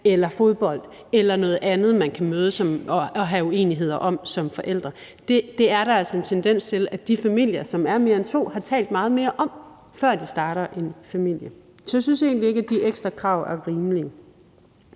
eller fodbold, eller det er noget andet, man kan have uenigheder om som forældre. Det er der altså en tendens til at de familier, som er mere end to, har talt meget mere om, før de starter en familie. Så jeg synes egentlig ikke, at de ekstra krav er rimelige.